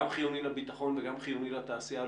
גם חיוני לביטחון וגם חיוני לתעשייה,